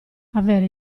avere